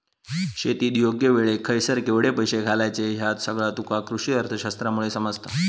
शेतीत योग्य वेळेक खयसर केवढे पैशे घालायचे ह्या सगळा तुका कृषीअर्थशास्त्रामुळे समजता